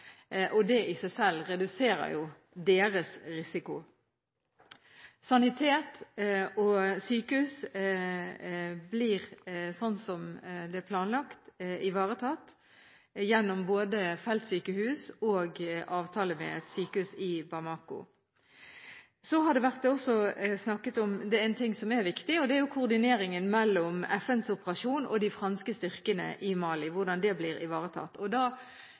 felt. Det i seg selv reduserer deres risiko. Sanitet og sykehus blir, sånn som det er planlagt, ivaretatt både gjennom feltsykehus og gjennom avtale med et sykehus i Bamako. Det har også vært snakket om noe som er viktig, og det er hvordan koordineringen mellom FNs operasjon og de franske styrkene i Mali blir ivaretatt. Jeg kan i hvert fall opplyse om at det pågår forhandlinger mellom Frankrike og